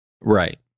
Right